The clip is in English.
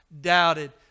doubted